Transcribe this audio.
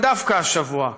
ודווקא השבוע,